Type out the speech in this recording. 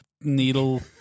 needle